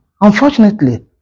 unfortunately